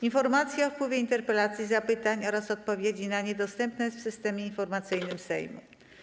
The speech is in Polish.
Informacja o wpływie interpelacji, zapytań oraz odpowiedzi na nie dostępna jest w Systemie Informacyjnym Sejmu.